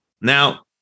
Now